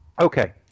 Okay